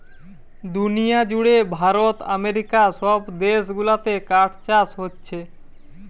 দুনিয়া জুড়ে ভারত আমেরিকা সব দেশ গুলাতে কাঠ চাষ হোচ্ছে